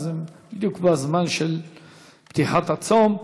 אז זה בדיוק הזמן של פתיחת הצום.